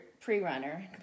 pre-runner